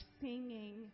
singing